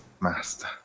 master